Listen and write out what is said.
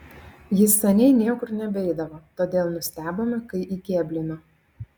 jis seniai niekur nebeidavo todėl nustebome kai įkėblino